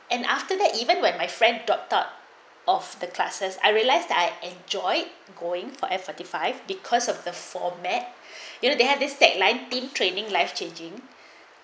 and after that even when my friend dropped out of the classes I realised I enjoy going for F forty five because of the format you know they had this tag nineteen trading life changing